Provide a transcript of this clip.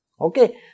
Okay